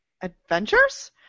Adventures